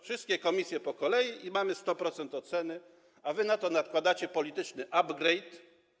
Wszystkie komisje po kolei i mamy 100% oceny, a wy na to nakładacie polityczny upgrade.